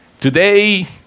Today